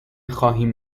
خواهیم